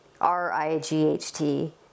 R-I-G-H-T